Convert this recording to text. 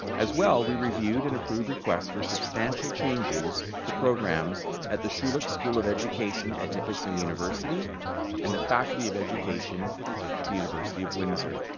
as well, we reviewed and approved requests for substantial changes to programs at the schulich school of education at nipissing university and the faculty of education at the university of windsor.